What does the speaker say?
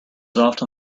often